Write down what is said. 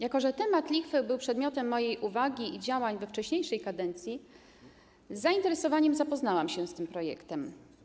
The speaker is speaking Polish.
Jako że temat lichwy był przedmiotem mojej uwagi i działań we wcześniejszej kadencji, z zainteresowaniem zapoznałam się z tym projektem.